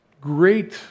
great